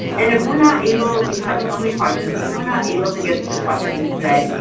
and if we're not able we have so many questions if we're not able to get to the questions today,